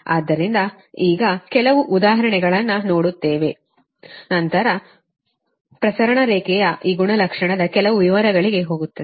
ಆದ್ದರಿಂದ ಈಗ ಕೆಲವು ಉದಾಹರಣೆಗಳನ್ನು ನೋಡುತ್ತೇವೆ ಅದರ ನಂತರ ಪ್ರಸರಣ ರೇಖೆಯ ಈ ಗುಣಲಕ್ಷಣದ ಕೆಲವು ವಿವರಗಳಿಗೆ ಹೋಗುತ್ತದೆ